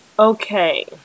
Okay